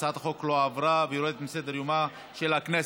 הצעת החוק לא עברה והיא יורדת מסדר-יומה של הכנסת.